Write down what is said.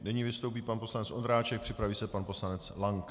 Nyní vystoupí pan poslanec Ondráček, připraví se pan poslanec Lank.